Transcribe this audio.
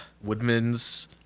Woodman's